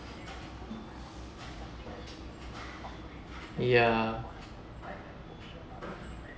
ya